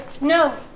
No